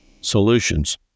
solutions